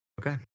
Okay